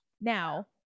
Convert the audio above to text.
now